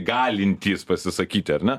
galintys pasisakyti ar ne